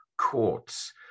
Courts